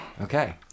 Okay